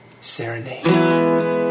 Serenade